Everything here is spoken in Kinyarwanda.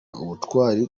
ubutwari